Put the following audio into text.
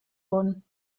bonn